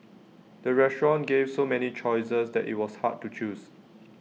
the restaurant gave so many choices that IT was hard to choose